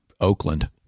Oakland